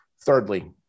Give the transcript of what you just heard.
Thirdly